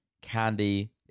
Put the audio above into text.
Candy